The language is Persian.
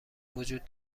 وجود